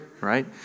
right